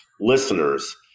listeners